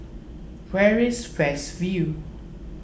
where is West View